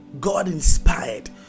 God-inspired